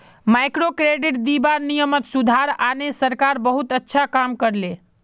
microcredit दीबार नियमत सुधार आने सरकार बहुत अच्छा काम कर ले